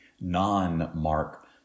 non-Mark